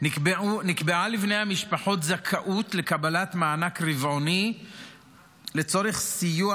נקבעה לבני המשפחות זכאות לקבלת מענק רבעוני לצורך סיוע